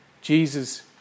Jesus